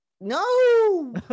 No